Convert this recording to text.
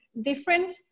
different